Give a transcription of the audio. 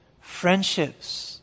friendships